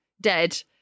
dead